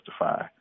justify